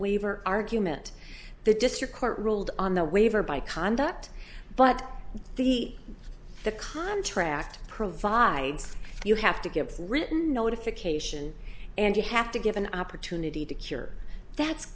waiver argument the district court ruled on the waiver by conduct but the the contract provide you have to give written notification and you have to give an opportunity to cure that's